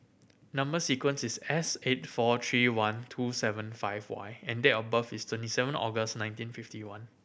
number sequence is S eight four three one two seven five Y and date of birth is twenty seven August nineteen fifty one